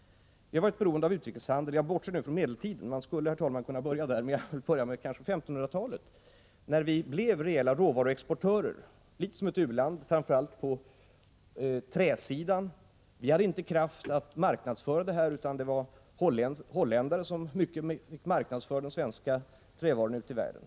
Jag bortser nu från medeltiden — jag skulle, herr talman, kanske ha kunnat börja där, men jag skall börja med 1500-talet. Då blev vi reella råvaruexportörer som ett u-land, framför allt på träsidan. Vi hade inte kraft att marknadsföra produkterna själva, utan det var holländare som marknadsförde de svenska trävarorna ute i världen.